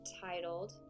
titled